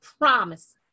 promise